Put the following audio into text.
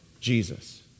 Jesus